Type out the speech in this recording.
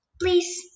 please